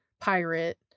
pirate